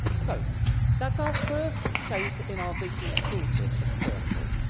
so that's our first shape in our visual tool kit, a circle.